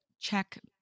check